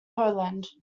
poland